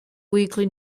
weekly